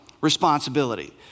responsibility